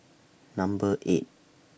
Number eight